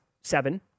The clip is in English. seven